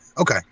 Okay